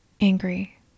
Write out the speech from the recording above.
angry